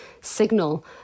signal